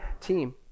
team